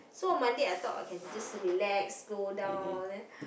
so on Monday I thought I can just relax slow down then